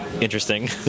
interesting